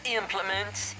implements